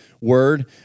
word